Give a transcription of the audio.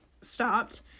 stopped